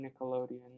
Nickelodeon